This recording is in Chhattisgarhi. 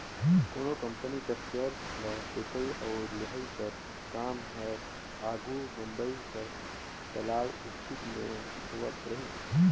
कोनो कंपनी कर सेयर ल बेंचई अउ लेहई कर काम हर आघु बंबई कर दलाल स्टीक में होवत रहिस